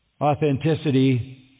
authenticity